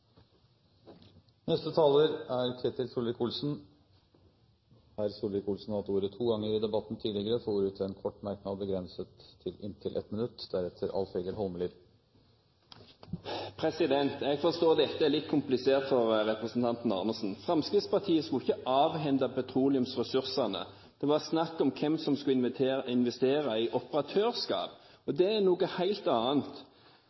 Ketil Solvik-Olsen har hatt ordet to ganger tidligere og får ordet til en kort merknad, begrenset til 1 minutt. Jeg forstår at dette er litt komplisert for representanten Arnesen. Fremskrittspartiet skulle ikke avhende petroleumsressursene. Det var snakk om hvem som skulle investere i operatørskap, og det er noe helt annet.